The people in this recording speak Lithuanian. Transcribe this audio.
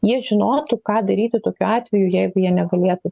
jie žinotų ką daryti tokiu atveju jeigu jie negalėtų